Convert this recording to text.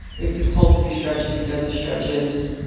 if he's told to do stretches, he does his stretches.